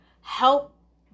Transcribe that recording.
help